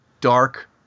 dark